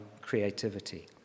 creativity